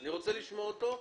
אני רוצה לשמוע אותו.